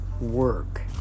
work